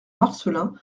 marcelin